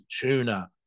tuna